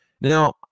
Now